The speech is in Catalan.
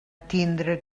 tindre